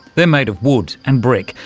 they're made of wood and brick,